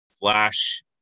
flash